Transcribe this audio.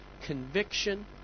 conviction